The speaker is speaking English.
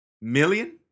Million